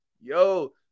Yo